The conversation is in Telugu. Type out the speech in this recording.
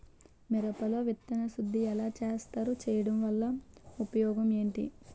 మిరప లో విత్తన శుద్ధి ఎలా చేస్తారు? చేయటం వల్ల ఉపయోగం ఏంటి?